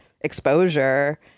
exposure